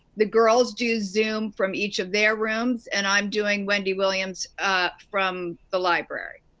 the girls do zoom from each of their rooms and i'm doing wendy williams from the library.